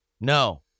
No